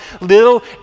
little